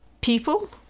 people